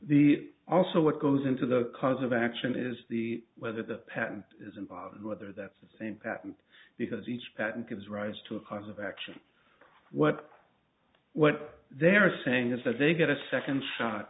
the also what goes into the cause of action is the whether the patent is involved whether that's the same patent because each patent gives rise to a cause of action what what they're saying is that they get a second shot